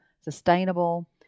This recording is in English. sustainable